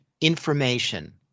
information